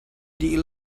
dih